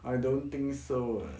I don't think so uh